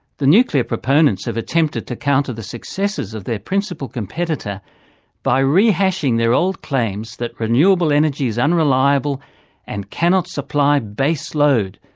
the nuclear proponents have attempted to counter the successes of their principal competitor by rehashing their old claims that renewable energy is unreliable and cannot supply base-load,